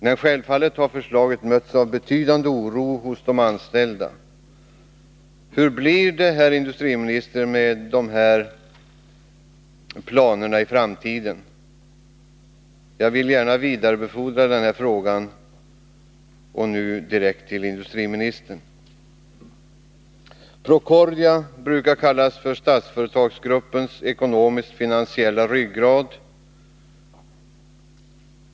Och självfallet har förslaget mötts av betydande oro hos de anställda. Hur blir det, herr industriminister, med dessa planer i framtiden? Jag vill gärna vidarebefordra denna fråga nu direkt till industriministern. Procordia brukar kallas Statsföretagsgruppens ekonomiskt-finansiella ryggrad.